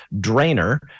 Drainer